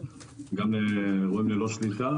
גם לאירועים ללא שליטה